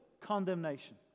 condemnation